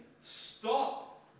stop